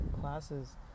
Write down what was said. classes